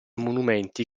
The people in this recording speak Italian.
monumenti